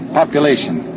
population